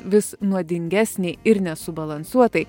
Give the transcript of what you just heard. vis nuodingesnei ir nesubalansuotai